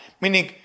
meaning